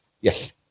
yes